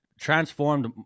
transformed